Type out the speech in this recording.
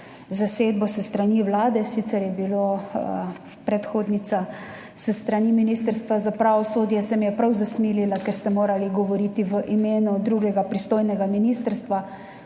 zasedbo s strani vlade. Predhodnica s strani Ministrstva za pravosodje se mi je prav zasmilila, ker je morala govoriti v imenu drugega, pristojnega ministrstva.